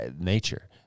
nature